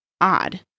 Odd